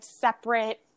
separate